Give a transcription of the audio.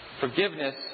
forgiveness